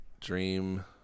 Dream